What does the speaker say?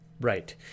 Right